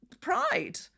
Pride